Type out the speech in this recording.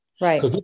Right